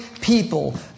people